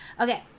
okay